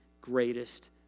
greatest